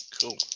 Cool